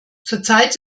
zurzeit